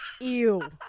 Ew